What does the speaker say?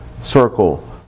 circle